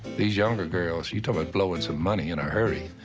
these younger girls you talk about blowing some money in a hurry.